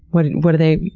what what are they,